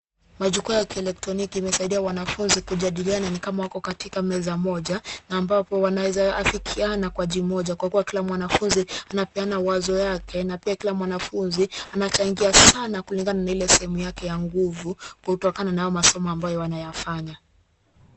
Majukwaa ya kielektroniki imesaidia wanafunzi kujadiliana ni kama wako katika meza moja na ambapo wanaweza afikiana kwa jibu moja kwa kuwa kila mwanafunzi anapeana wazo yake na pia kila mwanafunzi anachangia sana kulingana na ile sehemu yake ya nguvu kutokana na hayo masomo ambayo wanayafanya.